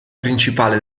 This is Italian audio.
principale